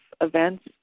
events